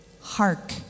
hark